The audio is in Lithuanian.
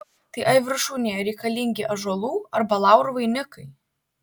tai ar viršūnėje reikalingi ąžuolų arba laurų vainikai